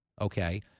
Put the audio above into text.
okay